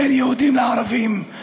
בין יהודים לערבים,